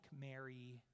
Mary